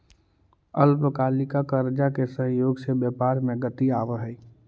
अल्पकालिक कर्जा के सहयोग से व्यापार में गति आवऽ हई